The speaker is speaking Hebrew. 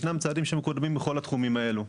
ישנם צעדים שמתרחשים בכל התחומים האלה.